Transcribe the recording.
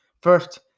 First